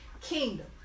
kingdom